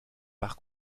par